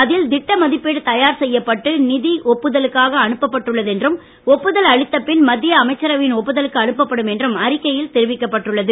அதில் திட்டமதிப்பீடு தயார் செய்யப்பட்டு நிதிக்குபு ஒப்புதலுக்காக அனுப்பப்பட்டுள்ளது என்றும் ஒப்புதல் அளித்தபின் மத்திய அமைச்சரவையின் ஒப்புதலுக்கு அனுப்பப்டும் என்றும் அறிக்கையில் தெரிவிக்கப்பட்டுள்ளது